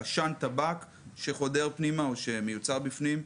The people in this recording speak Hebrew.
עשן טבק שחודר פנימה או שמיוצר בפנים,